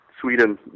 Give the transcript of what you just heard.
Sweden